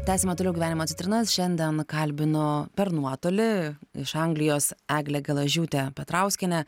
tęsiame toliau gyvenimo citrinas šiandien kalbinu per nuotolį iš anglijos eglę gelažiūtę petrauskienę